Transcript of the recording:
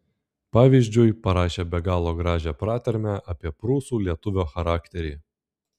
pavyzdžiui parašė be galo gražią pratarmę apie prūsų lietuvio charakterį